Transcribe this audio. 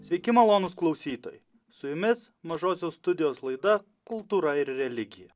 sveiki malonūs klausytojai su jumis mažosios studijos laida kultūra ir religija